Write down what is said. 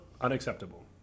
unacceptable